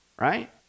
right